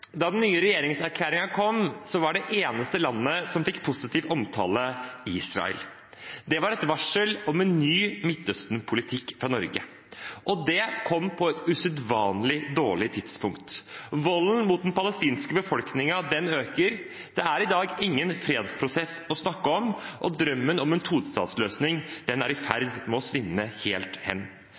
Da den nye regjeringserklæringen kom, var Israel det eneste landet som fikk positiv omtale. Det var et varsel om en ny Midtøsten-politikk fra Norge, og det kom på et usedvanlig dårlig tidspunkt. Volden mot den palestinske befolkningen øker. Det er i dag ingen fredsprosess å snakke om, og drømmen om en tostatsløsning er i ferd med å svinne helt hen.